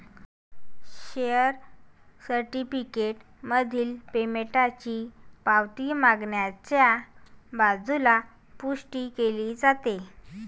share certificate मधील पेमेंटची पावती मागच्या बाजूला पुष्टी केली जाते